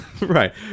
Right